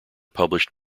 published